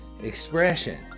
expression